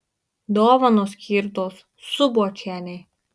dovanos skirtos subočienei